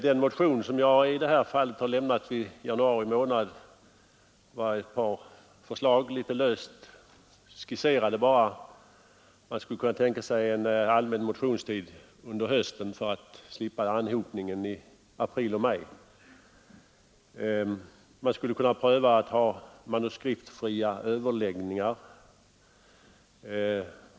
Den motion som jag har lämnat i januari månad innehåller ett par förslag, litet löst skisserade bara. Man skulle kunna tänka sig en allmän motionstid under hösten för att slippa anhopningen i april och maj, och vi skulle kunna pröva att ha manuskriptfria överläggningar.